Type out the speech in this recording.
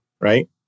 right